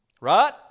Right